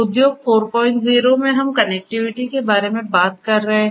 उद्योग 40 में हम कनेक्टिविटी के बारे में बात कर रहे हैं